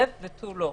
זה ותו לא.